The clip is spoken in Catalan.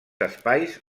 espais